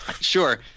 Sure